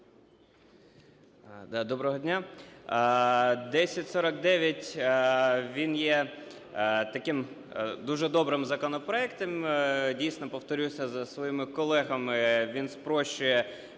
Доброго дня! 1049 він є таким дуже добрим законопроектом. Дійсно, повторюся за своїми колегами, він спрощує